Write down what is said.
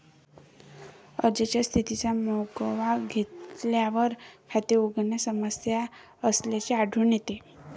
अर्जाच्या स्थितीचा मागोवा घेतल्यावर, खाते उघडण्यात समस्या असल्याचे आढळून येते